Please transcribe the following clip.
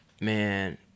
man